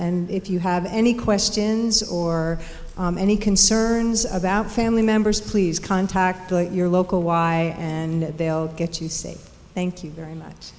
and if you have any questions or any concerns about family members please contact your local y and they'll get you say thank you very much